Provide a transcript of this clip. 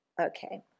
Okay